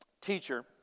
teacher